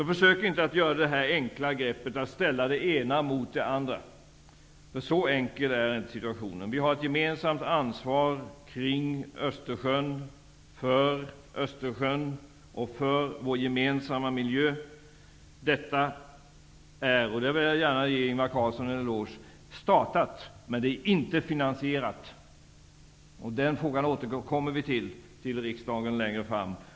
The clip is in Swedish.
Försök således inte med det enkla greppet att ställa det ena mot det andra, därför att situationen är inte så enkel. Vi har ett gemensamt ansvar kring Östersjön, för Östersjön och för vår gemensamma miljö. Det arbetet är startat, och här vill jag gärna ge Ingvar Carlsson en eloge. Men det är inte finansierat. I den frågan återkommer vi till riksdagen längre fram.